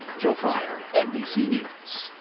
joe fryer, nbc news.